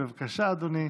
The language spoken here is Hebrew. בבקשה, אדוני.